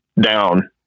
down